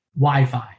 Wi-Fi